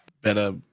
better